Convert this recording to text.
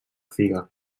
figa